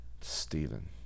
Stephen